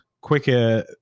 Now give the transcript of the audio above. quicker